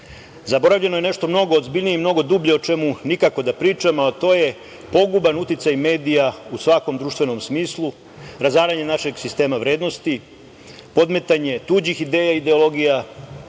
klasa. Zaboravljeno je nešto mnogo ozbiljnije i mnogo dublje o čemu nikako da pričamo, a to je poguban uticaj medija u svakom društvenom smislu, razaranje našeg sistema vrednosti, podmetanje tuđih ideja i ideologija,